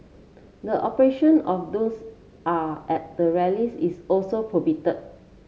the operation of drones are at the rallies is also prohibited